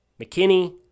McKinney